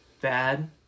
bad